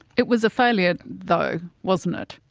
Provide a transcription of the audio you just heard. it was a failure though, wasn't it.